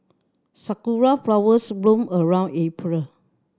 sakura flowers bloom around April